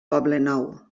poblenou